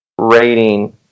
rating